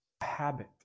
habit